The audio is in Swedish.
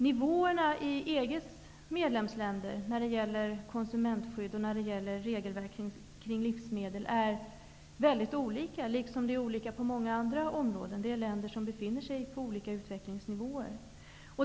Nivåerna på konsumentskydd och regelverk kring livsmedel är väldigt olika i EG:s medlemsländer, liksom olikheter förekommer på många andra områden. Det är fråga om länder som befinner sig på olika utvecklingsnivåer.